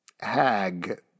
hag